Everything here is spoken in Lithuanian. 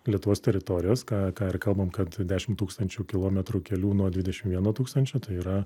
lietuvos teritorijos ką ir kalbam kad dešim tūkstančių kilometrų kelių nuo dvidešim vieno tūkstančio tai yra